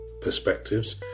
perspectives